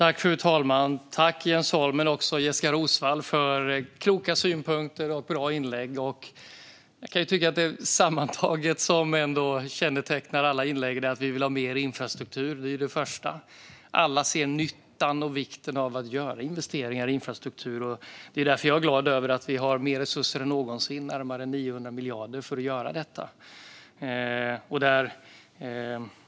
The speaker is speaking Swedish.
Fru talman! Tack, Jens Holm och Jessika Roswall, för kloka synpunkter och bra inlägg! Det som sammantaget kännetecknar alla inlägg är att vi vill ha mer infrastruktur. Det är det första. Alla ser nyttan och vikten av att göra investeringar i infrastruktur. Därför är jag glad över att vi har mer resurser än någonsin, närmare 900 miljarder, för att göra det.